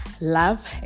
Love